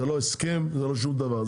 זה לא הסכם זה לא שום דבר.